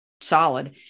solid